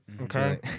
Okay